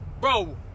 Bro